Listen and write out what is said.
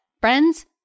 Friends